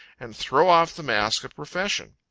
and throw off the mask of profession.